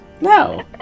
No